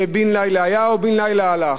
שבן-לילה היה ובן-לילה הלך.